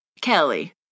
Kelly